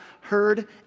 heard